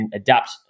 adapt